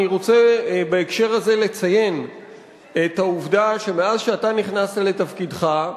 אני רוצה בהקשר הזה לציין את העובדה שמאז נכנסת לתפקידך,